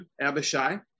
Abishai